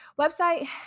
website